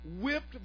whipped